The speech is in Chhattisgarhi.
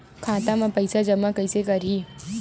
खाता म पईसा जमा कइसे करही?